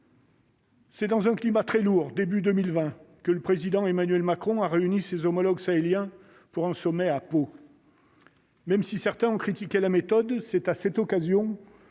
C'est dans un climat très lourd début 2020, que le président Emmanuel Macron a réuni ses homologues israélien pour un sommet à Pau. Même si certains ont critiqué la méthode : c'est à cette occasion